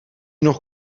nog